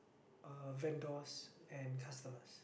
uh vendors and customers